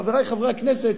חברי חברי הכנסת,